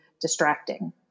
distracting